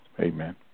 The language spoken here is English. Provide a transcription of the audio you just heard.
Amen